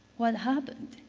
what happened?